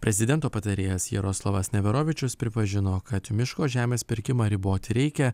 prezidento patarėjas jaroslavas neverovičius pripažino kad miško žemės pirkimą riboti reikia